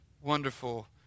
wonderful